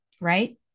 right